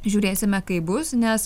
žiūrėsime kaip bus nes